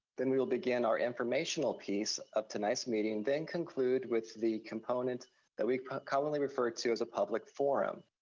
then we will begin our informational piece of tonight's meeting, then conclude with the component that we commonly refer to as a public forum.